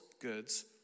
goods